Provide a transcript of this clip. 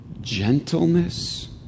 gentleness